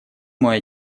мой